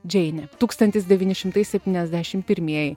džeinė tūkstantis devyni šimtai septyniasdešimt pirmieji